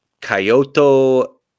Kyoto